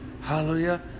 Hallelujah